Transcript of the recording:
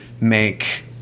make